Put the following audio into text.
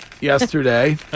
yesterday